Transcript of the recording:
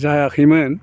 जायाखैमोन